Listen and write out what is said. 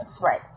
Right